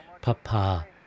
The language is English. papa